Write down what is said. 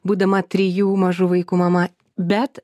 būdama trijų mažų vaikų mama bet